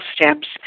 steps